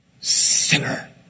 sinner